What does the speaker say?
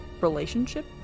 relationship